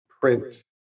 print